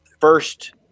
first